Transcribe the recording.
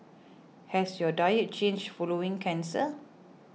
has your diet changed following cancer